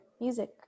music